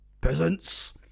Peasants